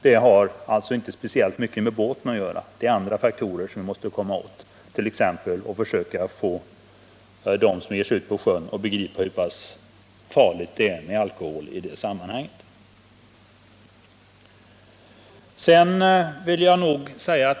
Det har alltså inte speciellt med båten att göra; där gäller det att få dem som beger sig ut på sjön att begripa hur farligt det är med alkohol i det sammanhanget.